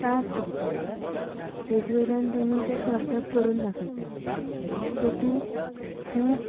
task दिता तेजे वयल्यान तेमी तें कर्तप करून दाखयता तेतूंक खूब